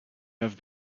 have